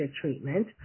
treatment